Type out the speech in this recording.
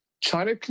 China